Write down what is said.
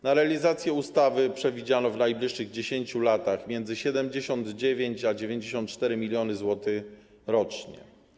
Na realizację ustawy przewidziano w najbliższych 10 latach między 79 a 94 mln zł rocznie.